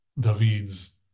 David's